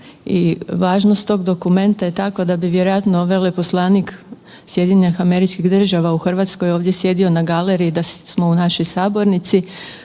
i važnost tog dokumenta je takva da bi vjerojatno veleposlanik SAD-a u Hrvatskoj ovdje sjedio na galeriji da smo u našoj sabornici,